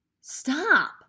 Stop